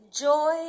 joy